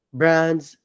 brands